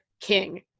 King